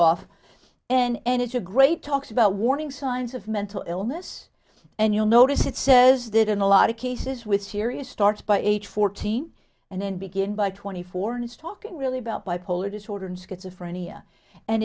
off and it's a great talks about warning signs of mental illness and you'll notice it says that in a lot of cases with serious starts by age fourteen and then begin by twenty four and it's talking really about bipolar disorder and schizophrenia and